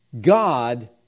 God